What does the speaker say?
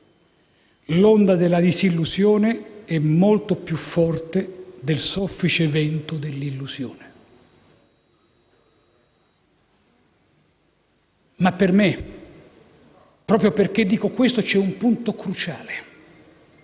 l'onda della disillusione è molto più forte del soffice vento dell'illusione. Ma per me, proprio perché dico questo, c'è un punto cruciale